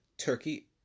Turkey